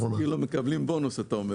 מקבלים בונוס.